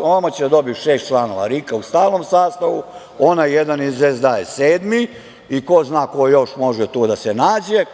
Ovamo će da dobiju šest članova RIK-a u stalnom sastavu, onaj jedan iz SDA je sedmi, i ko zna ko još može tu da se nađe